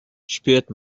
spürt